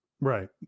right